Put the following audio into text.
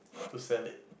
to sell it